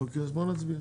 אוקיי, אז בואו נצביע.